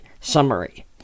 summary